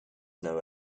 know